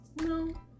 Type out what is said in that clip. No